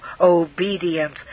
obedience